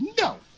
no